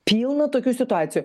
pilna tokių situacijų